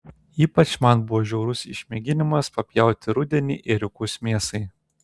ypač man buvo žiaurus išmėginimas papjauti rudenį ėriukus mėsai